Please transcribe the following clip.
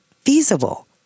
feasible